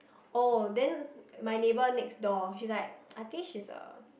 oh then my neighbour next door she's like I think she's a